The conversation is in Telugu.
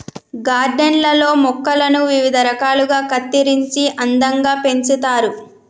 గార్డెన్ లల్లో మొక్కలను వివిధ రకాలుగా కత్తిరించి అందంగా పెంచుతారు